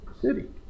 city